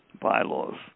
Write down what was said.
Bylaws